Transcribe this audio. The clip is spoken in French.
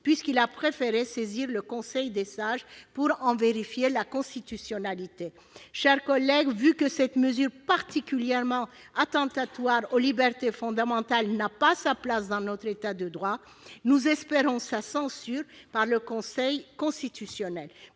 puisqu'il a préféré saisir le conseil des Sages pour qu'il vérifie la constitutionnalité du dispositif. Mes chers collègues, une telle mesure, particulièrement attentatoire aux libertés fondamentales, n'ayant pas sa place dans notre État de droit, nous espérons sa censure par le Conseil constitutionnel.